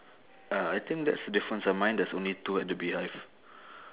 uh I think that's the different ah mine there's only two at the beehive